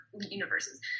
universes